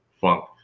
funk